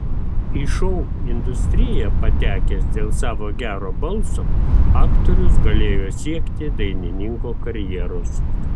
į šou industriją patekęs dėl savo gero balso aktorius galėjo siekti dainininko karjeros